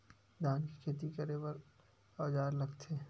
धान के खेती करे बर का औजार लगथे?